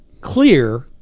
clear